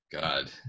God